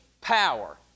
power